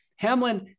Hamlin